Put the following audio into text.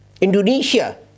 Indonesia